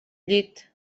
llit